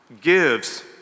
gives